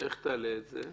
איך תעלה את זה?